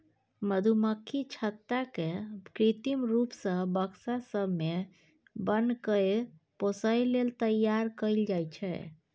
मधुमक्खी छत्ता केँ कृत्रिम रुप सँ बक्सा सब मे बन्न कए पोसय लेल तैयार कयल जाइ छै